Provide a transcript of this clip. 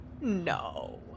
No